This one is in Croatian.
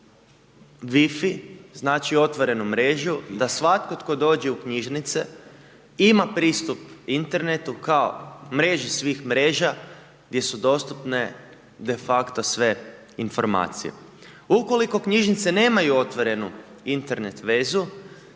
wifi znači otvorenu mrežu, da svatko tko dođe u knjižnice ima pristup internetu kao mreži svih mreža gdje su dostupne de facto sve informacije. Ukoliko knjižnice nemaju otvorenu Internet vezu